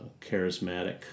charismatic